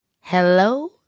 hello